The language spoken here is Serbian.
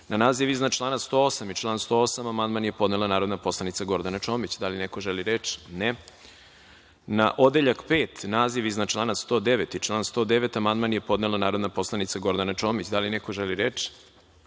naziv iznad člana 108. i član 108. amandman je podnela narodna poslanica Gordana Čomić. Da li neko želi reč? (Ne)Na Odeljak V, naziv iznad člana 109. i član 109. amandman je podnela narodna poslanica Gordana Čomić. Da li neko želi reč?